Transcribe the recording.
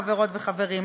חברות וחברים,